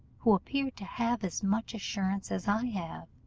who appear to have as much assurance as i have,